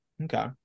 okay